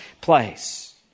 place